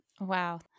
Wow